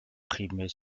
primaire